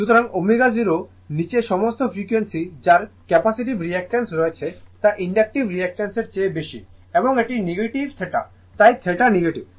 সুতরাং ω0 নীচে সমস্ত ফ্রিকোয়েন্সি যার ক্যাপাসিটিভ রিঅ্যাকটাঁস রয়েছে তা ইনডাকটিভ রিঅ্যাকটাঁসের চেয়ে বেশি এবং এটি নেগেটিভ θ তাই θ নেগেটিভ